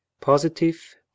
Positive